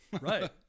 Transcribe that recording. Right